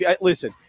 Listen